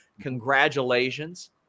Congratulations